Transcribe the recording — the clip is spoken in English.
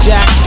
Jack